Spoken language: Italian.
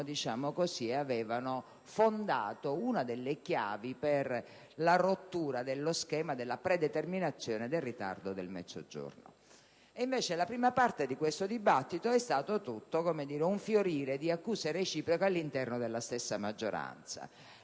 diciamo così - avevano fondato una delle chiavi per la rottura dello schema della predeterminazione del ritardo del Mezzogiorno. La prima parte di questo dibattito, invece, è stata tutto un fiorire di accuse reciproche all'interno della stessa maggioranza.